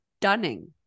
stunning